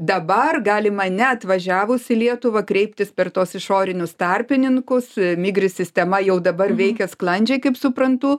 dabar galima neatvažiavus į lietuvą kreiptis per tuos išorinius tarpininkus a migri sistema jau dabar veikia sklandžiai kaip suprantu